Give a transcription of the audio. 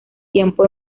tiempo